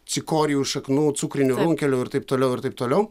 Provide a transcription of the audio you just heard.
cikorijų šaknų cukrinių runklelių ir taip toliau ir taip toliau